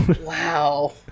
wow